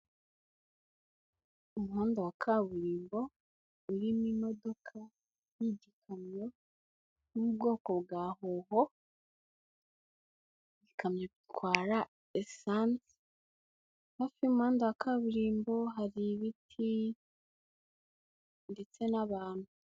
Umuhanda wa kaburimbo urimo imodoka y'igikamyo y'ubwoko bwa howo, ikamyo itwara esanse, hafi y'umuhanda wa kaburimbo hari ibiti ndetse n'abantu.